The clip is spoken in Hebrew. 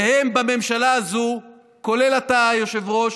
והם, בממשלה הזו, כולל אתה, היושב-ראש,